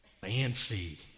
fancy